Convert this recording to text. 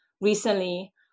recently